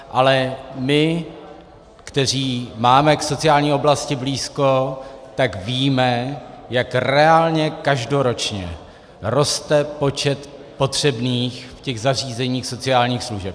Ale my, kteří máme k sociální oblasti blízko, víme, jak reálně každoročně roste počet potřebných v těch zařízeních sociálních služeb.